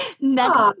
next